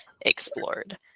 explored